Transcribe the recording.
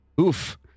Oof